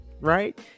Right